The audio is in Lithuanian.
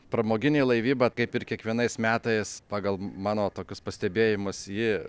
pramoginė laivyba kaip ir kiekvienais metais pagal mano tokius pastebėjimus ji